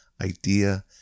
idea